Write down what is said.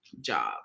job